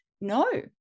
no